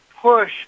push